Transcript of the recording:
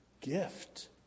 gift